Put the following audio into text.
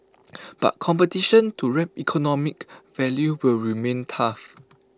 but competition to reap economic value will remain tough